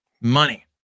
money